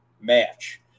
match